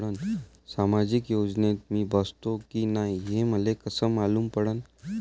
सामाजिक योजनेत मी बसतो की नाय हे मले कस मालूम पडन?